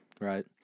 right